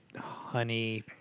honey